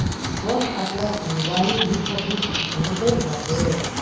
वन कटला से वायु भी प्रदूषित हो गईल बाटे